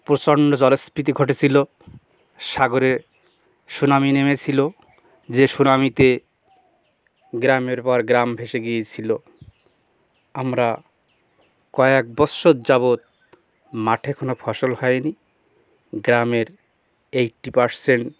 প্রচণ্ড জলস্ফীতি ঘটেছিলো সাগরে সুনামি নেমেছিলো যে সুনামিতে গ্রামের পর গ্রাম ভেসে গিয়েছিলো আমরা কয়েক বৎসর যাবৎ মাঠে কোনো ফসল হয়নি গ্রামের এইট্টি পারসেন্ট